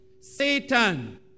Satan